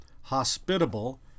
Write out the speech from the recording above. hospitable